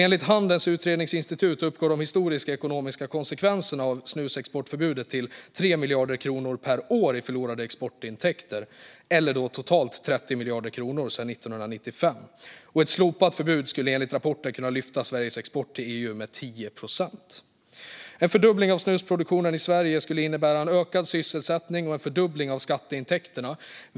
Enligt Handelns utredningsinstitut uppgår de historiska ekonomiska konsekvenserna av snusexportförbudet till 3 miljarder kronor per år i förlorade exportintäkter eller totalt 30 miljarder kronor sedan 1995. Ett slopat förbud skulle enligt rapporten kunna lyfta Sveriges export till EU med 10 procent. En fördubbling av snusproduktionen i Sverige skulle innebära ökad sysselsättning och en fördubbling av skatteintäkterna.